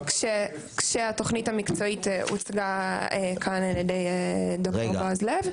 כשהתוכנית המקצועית הוצגה כאן על ידי ד"ר בעז לב.